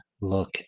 look